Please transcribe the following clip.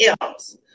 else